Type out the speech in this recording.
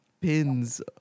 pins